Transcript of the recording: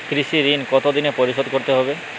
কৃষি ঋণ কতোদিনে পরিশোধ করতে হবে?